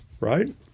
right